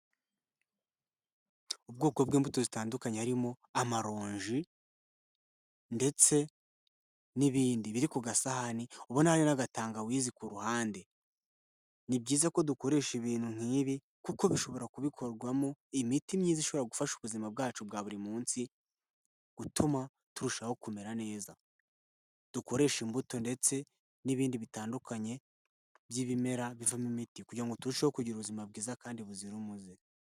Ubwoko bw'imbuto zitandukanye harimo amaronji ndetse n'ibindi biri ku gasahani ubona hari n'agatangawizi ku ruhande, ni byiza ko dukoresha ibintu nk'ibi kuko bishobora kubikorwamo imiti myiza ishobora gufasha ubuzima bwacu bwa buri munsi gutuma turushaho kumera neza dukoresha imbuto ndetse n'ibindi bitandukanye by'ibimera bivamo imiti kugira ngo turusheho kugira ubuzima bwiza kandi buzira umuze.